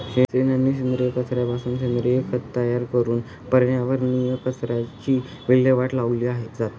शेण आणि सेंद्रिय कचऱ्यापासून सेंद्रिय खत तयार करून पर्यावरणीय कचऱ्याचीही विल्हेवाट लावली जाते